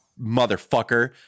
motherfucker